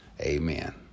Amen